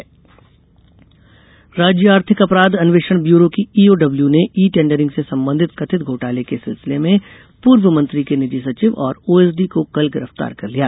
ई tendering राज्य आर्थिक अपराध अन्वेषण ब्यूरों की ईओडब्ल्यू ने ई टेंडरिंग से संबंधित कथित घोटाले के सिलसिले में पूर्व मंत्री के निजी सचिव और ओएसडी को कल गिरफतार कर लिया